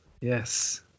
yes